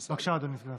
בבקשה, אדוני סגן השר.